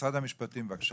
משרד המשפטים, בבקשה.